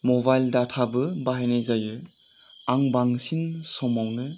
mobile दाताबो बाहाइनाय जायो आं बांसिन समावनो